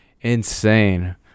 insane